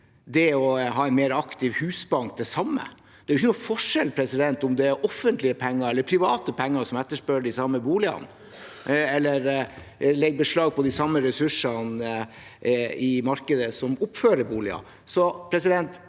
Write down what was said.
det å ha en mer aktiv husbank nøyaktig det samme. Det er ingen forskjell på om det er offentlige penger eller private penger som etterspør de samme boligene, eller som legger beslag på de samme ressursene i markedet som oppfører boliger.